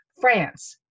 France